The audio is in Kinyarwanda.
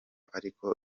ariko